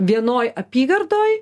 vienoj apygardoj